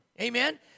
Amen